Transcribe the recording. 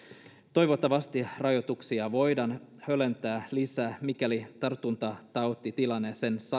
toivottavasti rajoituksia voidaan höllentää lisää mikäli tartuntatautitilanne sen